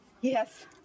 Yes